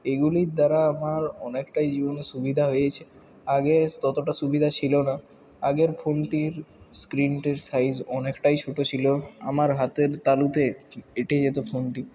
এইগুলির দ্বারা আমার অনেকটাই জীবনে সুবিধা হয়েছে আগে ততটা সুবিধা ছিল না আগের ফোনটির স্ক্রিনটির সাইজ অনেকটাই ছোট ছিল আমার হাতের তালুতে এঁটে যেত ফোনটি